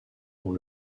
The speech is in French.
dont